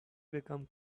become